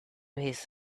his